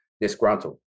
disgruntled